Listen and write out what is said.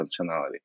functionality